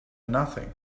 nothing